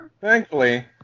Thankfully